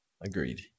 Agreed